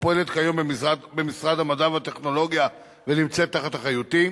הפועלת כיום במשרד המדע והטכנולוגיה ונמצאת תחת אחריותי,